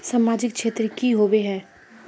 सामाजिक क्षेत्र की होबे है?